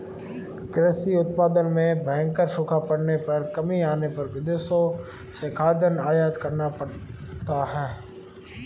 कृषि उत्पादन में भयंकर सूखा पड़ने पर कमी आने पर विदेशों से खाद्यान्न आयात करना पड़ता है